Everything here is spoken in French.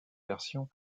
version